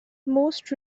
most